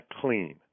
clean